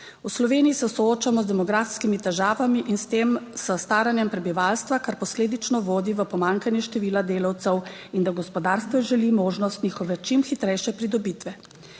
V Sloveniji se soočamo z demografskimi težavami in s tem s staranjem prebivalstva, kar posledično vodi v pomanjkanje števila delavcev in da gospodarstvo želi možnost njihove čim hitrejše pridobitve.